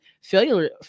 failure